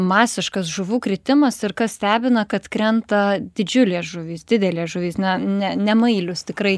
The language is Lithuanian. masiškas žuvų kritimas ir kas stebina kad krenta didžiulės žuvys didelės žuvys na ne ne mailius tikrai